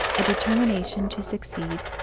a determination to succeed,